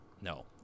No